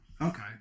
Okay